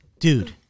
Dude